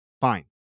Fine